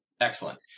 Excellent